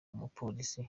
umupolisi